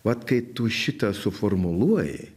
vat kai tu šitą suformuluoji